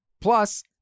Plus